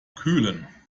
kühlen